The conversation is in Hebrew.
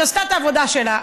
שעשתה את העבודה שלה.